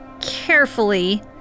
carefully